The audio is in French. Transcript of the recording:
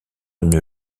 une